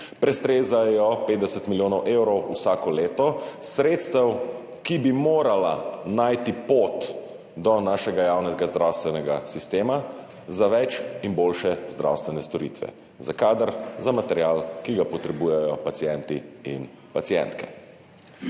leto 50 milijonov evrov sredstev, ki bi morala najti pot do našega javnega zdravstvenega sistema za več in boljše zdravstvene storitve, za kader, za material, ki ga potrebujejo pacienti in pacientke.